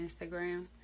Instagram